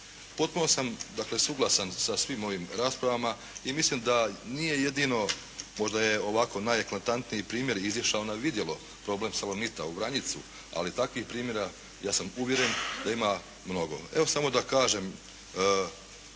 Potpuno sam, dakle suglasan sa svim ovim raspravama i mislim da nije jedino, možda je ovako najeklatantniji primjer izišao na vidjelo, problem "Salonita" u Vranjicu, ali takvih primjera, ja sam uvjeren, da ima mnogo. Evo samo da kažem,